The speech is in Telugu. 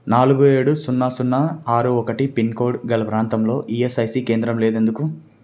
నాలుగు ఏడు సున్నా సున్నా ఆరు ఒకటి పిన్కోడ్ గల ప్రాంతంలో ఈఎస్ఐసి కేంద్రం లేదు ఎందుకు